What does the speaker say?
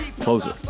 closer